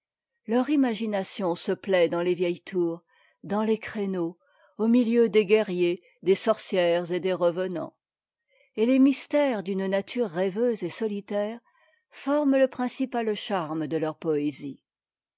leur imagination se plait dans les vieilles tours dans les créneaux au milieu des sorcières et des revenants et les mystères d'une nature rveuse et solitaire forment le prihcipal charme de leurs poésies